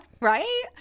Right